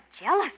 jealous